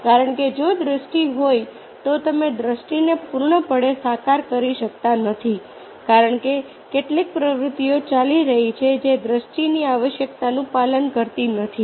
કારણ કે જો દ્રષ્ટિ હોય તો તમે દ્રષ્ટિને પૂર્ણપણે સાકાર કરી શકતા નથી કારણ કે કેટલીક પ્રવૃત્તિઓ ચાલી રહી છે જે દ્રષ્ટિની આવશ્યકતાનું પાલન કરતી નથી